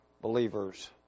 believers